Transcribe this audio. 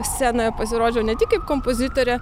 scenoje pasirodžiau ne tik kaip kompozitorė